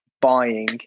buying